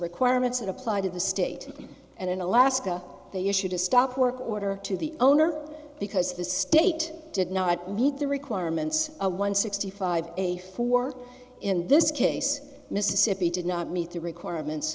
requirements that apply to the state and in alaska they issued a stop work order to the owner because the state did not meet the requirements one sixty five a for in this case mississippi did not meet the requirements